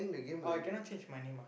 oh I cannot change my name ah